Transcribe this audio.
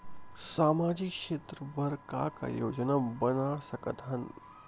सामाजिक क्षेत्र बर का का योजना बना सकत हन?